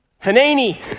Hanani